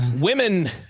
women